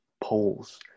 polls